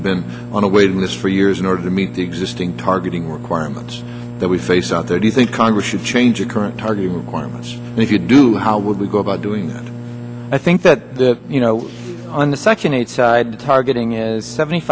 have been on a waiting list for years in order to meet the existing targeting requirements that we face out there do you think congress should change your current target requirements and if you do how would you go about doing that i think that under section eight side targeting is seventy